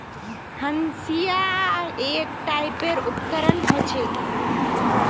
हंसिआ एक टाइपेर उपकरण ह छेक